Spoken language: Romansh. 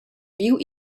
viu